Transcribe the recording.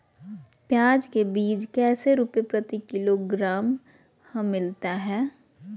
प्याज के बीज कैसे रुपए प्रति किलोग्राम हमिलता हैं?